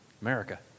America